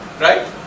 Right